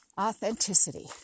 authenticity